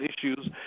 issues